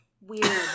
Weird